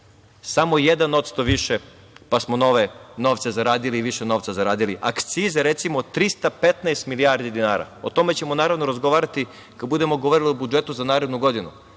samo 1% više pa smo nove novce zaradili i više novca zaradili. Akcize recimo, 316 milijardi dinara. o tome ćemo naravno razgovarati kada budemo govorili o budžetu za narednu godinu. Samo